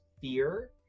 fear